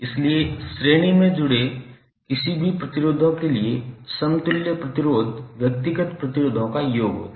इसलिए श्रेणी में जुड़े किसी भी प्रतिरोधों के लिए समतुल्य प्रतिरोध व्यक्तिगत प्रतिरोधों का योग होगा